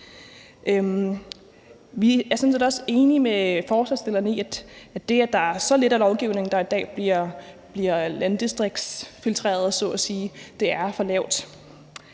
set også enige med forslagsstillerne i, at det, at der er så lidt lovgivning, der i dag så at sige bliver landdistriktsfiltreret, er for lavt.